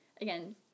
again